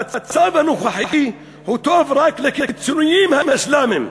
המצב הנוכחי הוא טוב רק לקיצונים האסלאמיים,